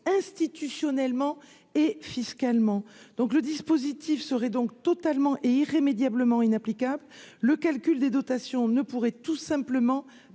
institutionnellement et fiscalement, donc le dispositif serait donc totalement et irrémédiablement inapplicable le calcul des dotations ne pourrait tout simplement